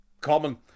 Common